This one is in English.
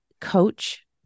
coach